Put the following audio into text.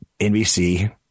NBC